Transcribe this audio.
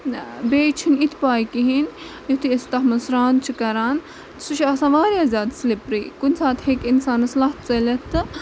بیٚیہِ چھُنہٕ اِتہِ پاے کِہینۍ نہٕ یِتھُے أسۍ تَتھ منٛز سرٛان چھِ کران سُہ چھُ آسان واریاہ زیادٕ سِلپری کُنہِ ساتہٕ ہٮ۪کہِ اِنسانَس لَتھ ژٕلتھ تہٕ